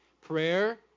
prayer